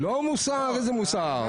לא מוסר, איזה מוסר?